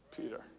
Peter